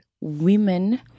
women